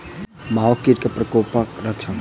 माहो कीट केँ प्रकोपक लक्षण?